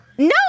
No